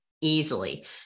easily